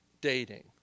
dating